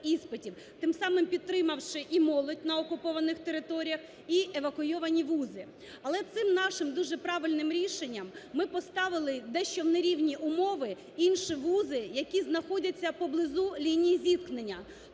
Тим самим підтримавши і молодь на окупованих територіях, і евакуйовані вузи. Але цим нашим дуже правильним рішенням ми поставили в дещо не рівні умови інші вузи, які знаходяться поблизу лінії зіткнення.